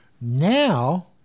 Now